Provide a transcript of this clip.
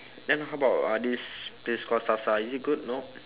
then how about uh this place call sasa is it good no